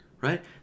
right